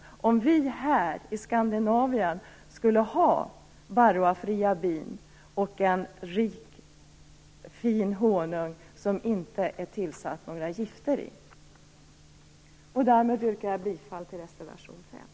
Det skulle vara en stor tillgång om vi i Skandinavien kunde ha varroafria bin och en fin honung, som inte tillsatts några gifter. Därmed yrkar jag bifall till reservation 5.